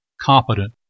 competent